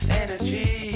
energy